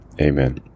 Amen